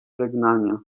żegnania